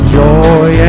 joy